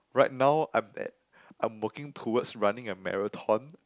right now I'm at I'm working towards running a marathon